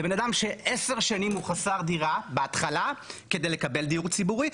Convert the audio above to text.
זה בן אדם שעשר שנים הוא חסר דירה בהתחלה כדי לקבל דיור ציבורי,